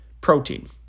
protein